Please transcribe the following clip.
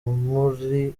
muri